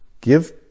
Give